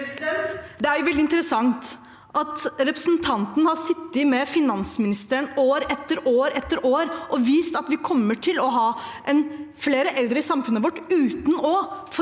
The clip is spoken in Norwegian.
Det er veldig interes- sant at representanten har sittet med finansministeren år etter år etter år og visst at vi kommer til å ha flere eldre i samfunnet vårt, uten å forberede